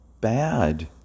bad